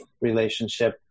relationship